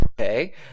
Okay